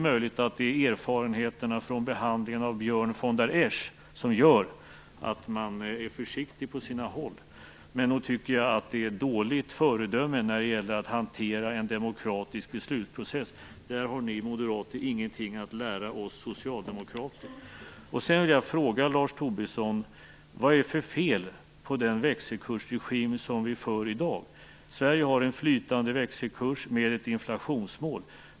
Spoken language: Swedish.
Möjligen kan det vara erfarenheterna från behandlingen av Björn von der Esch som gör att man på sina håll är försiktig, men nog tycker jag att detta är ett dåligt föredöme när det gäller att hantera en demokratisk beslutsprocess. Där har ni moderater ingenting att lära oss socialdemokrater. Sedan vill jag fråga Lars Tobisson: Vad är det för fel på den växelkursregim vi för i dag? Sverige har en flytande växelkurs med ett inflationsmål.